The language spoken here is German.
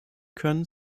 können